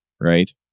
right